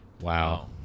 wow